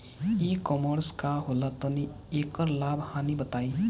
ई कॉमर्स का होला तनि एकर लाभ हानि बताई?